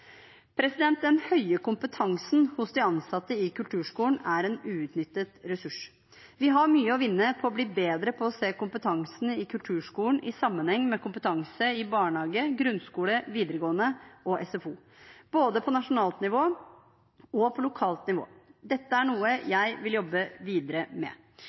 Den høye kompetansen hos de ansatte i kulturskolen er en uutnyttet ressurs. Vi har mye å vinne på å bli bedre på å se kompetansen i kulturskolen i sammenheng med kompetanse i barnehage, grunnskole, videregående og SFO, både på nasjonalt nivå og på lokalt nivå. Dette er noe jeg vil jobbe videre med.